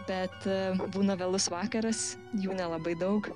bet būna vėlus vakaras jų nelabai daug